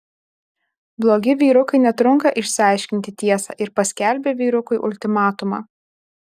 blogi vyrukai netrunka išsiaiškinti tiesą ir paskelbia vyrukui ultimatumą